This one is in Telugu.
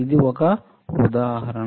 ఇది ఒక ఉదాహరణ